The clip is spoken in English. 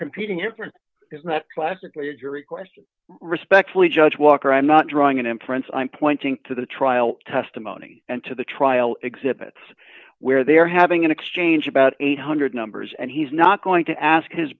competing you're not classically a jury question respectfully judge walker i'm not drawing an inference i'm pointing to the trial testimony and to the trial exhibits where they're having an exchange about eight hundred numbers and he's not going to ask his